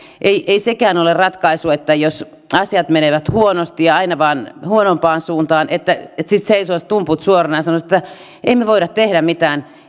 ei ei sekään ole ratkaisu jos asiat menevät huonosti ja aina vain huonompaan suuntaan että sitten seisoisi tumput suorana ja sanoisi että emme me voi tehdä mitään